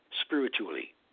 spiritually